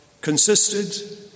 consisted